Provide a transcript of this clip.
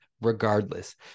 regardless